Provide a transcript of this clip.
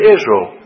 Israel